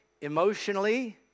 emotionally